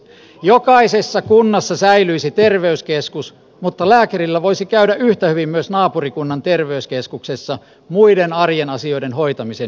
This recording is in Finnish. jokaisessa kunnassa säilyisi terveyskeskus mutta lääkärillä voisi käydä yhtä hyvin myös naapurikunnan terveyskeskuksessa muiden arjen asioiden hoitamisen yhteydessä